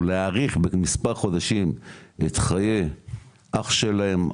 להאריך במספר חודשים את חיי אח שלהם,